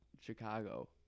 Chicago